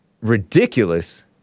Ridiculous